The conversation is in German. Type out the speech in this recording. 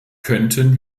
könnten